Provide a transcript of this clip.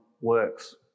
works